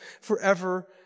forever